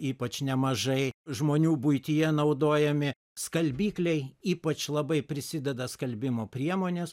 ypač nemažai žmonių buityje naudojami skalbikliai ypač labai prisideda skalbimo priemonės